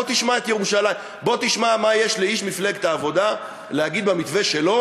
בא תשמע מה יש לאיש מפלגת העבודה להגיד במתווה שלו